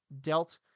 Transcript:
dealt